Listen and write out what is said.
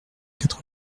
quatre